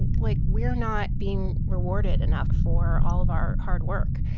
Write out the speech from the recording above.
and like, we're not being rewarded enough for all of our hard work.